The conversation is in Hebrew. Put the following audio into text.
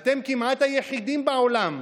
אתם כמעט היחידים בעולם,